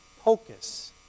pocus